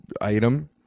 item